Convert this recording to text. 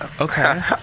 Okay